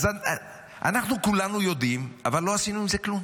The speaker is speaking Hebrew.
אז אנחנו כולנו יודעים, אבל לא עשינו עם זה כלום.